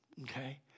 Okay